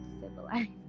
civilized